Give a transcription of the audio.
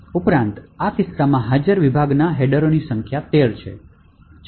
ઉપરાંત આ કિસ્સામાં હાજર વિભાગના હેડરોની સંખ્યા 13 છે